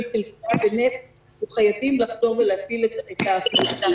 של פגיעה חייבים לחזור ולהפעיל את השירות.